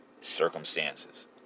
circumstances